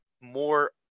more